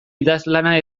idazlana